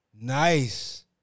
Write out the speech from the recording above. Nice